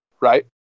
right